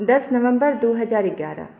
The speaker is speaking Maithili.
दश नवम्बर दू हजार एगारह